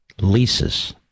leases